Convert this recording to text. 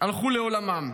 הלכו לעולמם.